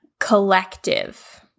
Collective